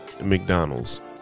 McDonald's